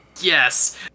yes